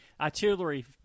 artillery